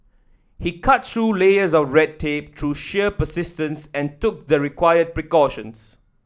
he cut through layers of red tape through sheer persistence and took the required precautions